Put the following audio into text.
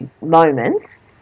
moments